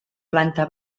planta